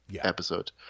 episode